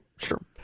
Sure